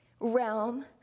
realm